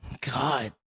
God